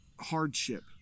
hardship